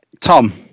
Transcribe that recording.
Tom